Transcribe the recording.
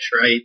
right